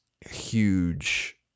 huge